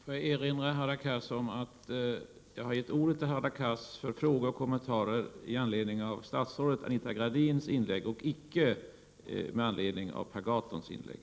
Får jag erinra om att jag har gett ordet till Hadar Cars för frågor och kommentarer med anledning av statsrådet Anita Gradins inlägg och icke med anledning av Per Gahrtons inlägg.